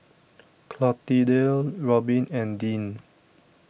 Clotilde Robbin and Deann